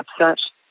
upset